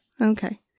okay